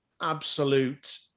absolute